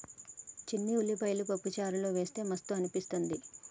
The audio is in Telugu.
చిన్న ఉల్లిపాయలు పప్పు చారులో వేస్తె మస్తు అనిపిస్తది